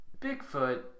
Bigfoot